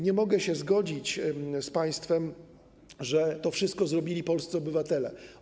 Nie mogę się zgodzić z państwem, że to wszystko zrobili polscy obywatele.